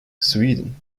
sweden